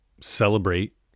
celebrate